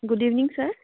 good evening sir